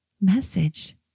message